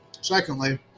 Secondly